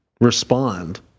respond